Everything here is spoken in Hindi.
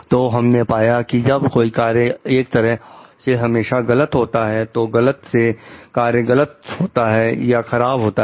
तो हमने पाया कि जब कोई कार्य एक तरह से हमेशा गलत होता है तो गलत से कार्य गलत होता है या खराब होता है